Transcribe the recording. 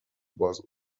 باز